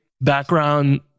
background